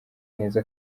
neza